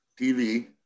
TV